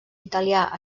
italià